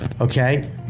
Okay